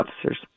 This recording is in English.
officers